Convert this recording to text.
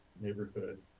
neighborhood